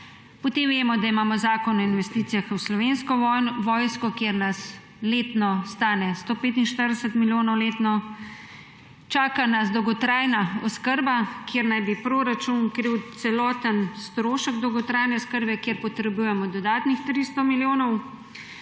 Potem vemo, da imamo zakon o investicijah v Slovensko vojsko, ki nas letno stane 145 milijonov, čaka nas dolgotrajna oskrba, kjer naj bi proračun kril celoten strošek dolgotrajne oskrbe, kjer potrebujemo dodatnih 300 milijonov,